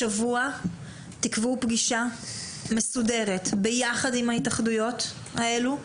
השבוע תקבעו פגישה מסודרת ביחד עם ההתאחדויות האלה,